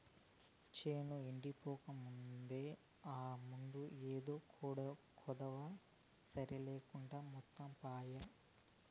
చేను ఎండిపోకముందే ఆ మందు ఏదో కొడ్తివా సరి లేకుంటే మొత్తం పాయే